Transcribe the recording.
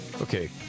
Okay